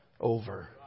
over